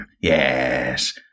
Yes